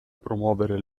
promuovere